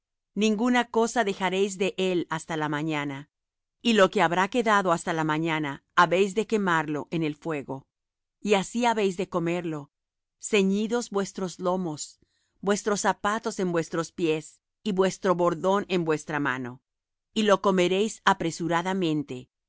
ninguna cosa dejaréis de él hasta la mañana y lo que habrá quedado hasta la mañana habéis de quemarlo en el fuego y así habéis de comerlo ceñidos vuestros lomos vuestros zapatos en vuestros pies y vuestro bordón en vuestra mano y lo comeréis apresuradamente